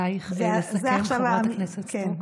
עלייך לסכם, חברת הכנסת סטרוק.